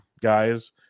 guys